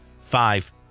five